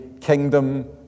kingdom